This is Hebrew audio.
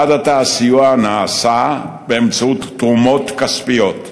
עד עתה הסיוע נעשה באמצעות תרומות כספיות,